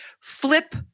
flip